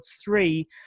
three